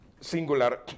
singular